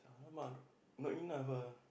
alamak not enough ah